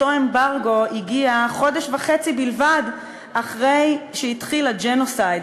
אותו אמברגו הגיע חודש וחצי בלבד אחרי שהתחיל הג'נוסייד,